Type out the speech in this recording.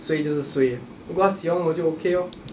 suay 就是 suay 如果她喜欢我就 okay lor